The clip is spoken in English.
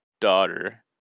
daughter